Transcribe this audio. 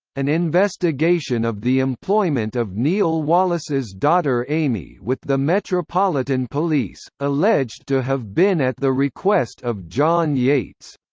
an investigation of the employment of neil wallis's daughter amy with the metropolitan police, alleged to have been at the request of john yates